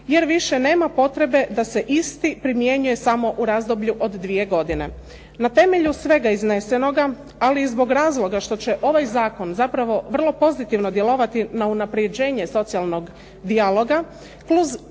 jer više nema potrebe da se isti primjenjuje samo u razdoblju od dvije godine. Na temelju svega iznesenoga, ali i zbog razloga što će ovaj zakon zapravo vrlo pozitivno djelovati na unapređenje socijalnog dijaloga,